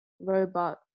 robot